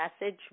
message